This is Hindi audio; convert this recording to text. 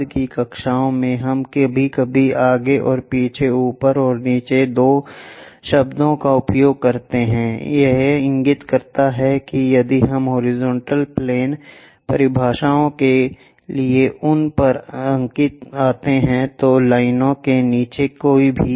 बाद की कक्षाओं में हम कभी कभी आगे और पीछे ऊपर और नीचे दो शब्दों का उपयोग करते हैं यह इंगित करता है कि यदि हम हॉरिजॉन्टल प्लेन परिभाषाओं के लिए उन पर आते हैं तो लाइनों के नीचे कोई भी